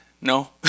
No